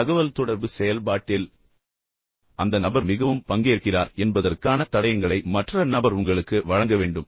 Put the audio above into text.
தகவல்தொடர்பு செயல்பாட்டில் அந்த நபர் மிகவும் பங்கேற்கிறார் என்பதற்கான தடயங்களை மற்ற நபர் உங்களுக்கு வழங்க வேண்டும்